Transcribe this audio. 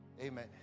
amen